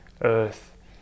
earth